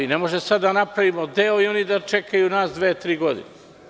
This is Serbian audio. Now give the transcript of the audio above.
Ne možemo sad da napravimo deo i oni da čekaju nas dve, tri godine.